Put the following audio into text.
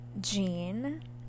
jean